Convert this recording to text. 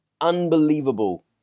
Unbelievable